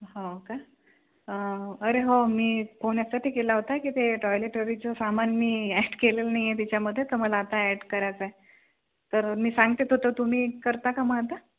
हो का अरे हो मी फोन यासाठी केला होता की ते टॉयलेटरीचं सामान मी ॲड केलेलं नाही आहे त्याच्यामध्ये तर मला आता ॲड करायचं आहे तर मी सांगते तर तुम्ही करता का मग आता